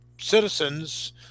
citizens